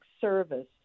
service